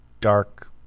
dark